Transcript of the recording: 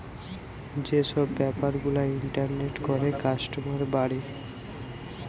যে সব বেপার গুলা ইন্টারনেটে করে কাস্টমার বাড়ে